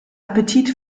appetit